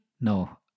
No